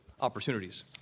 opportunities